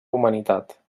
humanitat